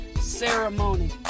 ceremony